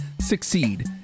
succeed